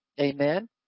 Amen